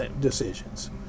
decisions